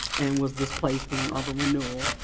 and was displaced during urban renewal,